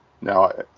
Now